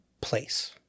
place